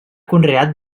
conreat